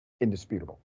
indisputable